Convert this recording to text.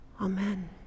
Amen